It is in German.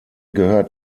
gehört